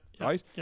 right